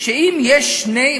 שאם יש שני,